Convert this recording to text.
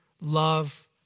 love